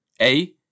A-